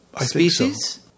species